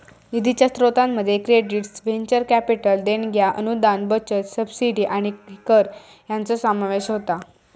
निधीच्या स्रोतांमध्ये credits, venture capital देणग्या, अनुदान, बचत, सबसिडी आणि कर हयांचो समावेश होता